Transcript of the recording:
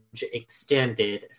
extended